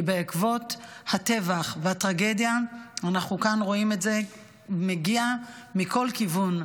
כי בעקבות הטבח והטרגדיה אנחנו רואים את זה מגיע מכל כיוון: